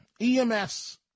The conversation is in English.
EMS